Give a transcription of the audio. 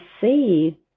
see